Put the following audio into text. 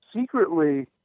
secretly